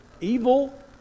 evil